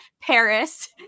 Paris